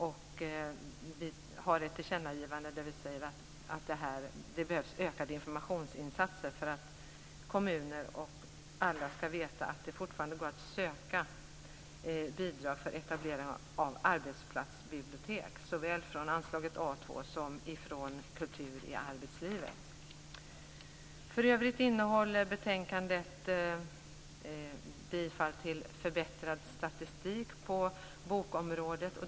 I vårt tillkännagivande säger vi att det behövs ökade informationsinsatser för att kommuner och alla skall veta att det fortfarande går att söka bidrag för etablering av arbetsplatsbibliotek såväl från anslaget A 2 som från anslaget Kultur i arbetslivet. För övrigt innehåller betänkandet bifall till förbättrad statistik på bokområdet.